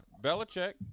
Belichick